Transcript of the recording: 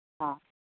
हां